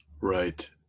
Right